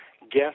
guest